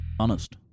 honest